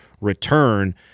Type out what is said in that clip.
return